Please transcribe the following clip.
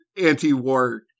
anti-war